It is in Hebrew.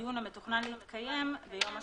דיון המתוכנן להתקיים ביום ה-8.6.2020.